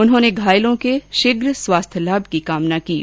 उन्होंने घायलों के शीघ्र स्वास्थ्य लाभ की कामना की है